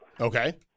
Okay